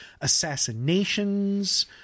assassinations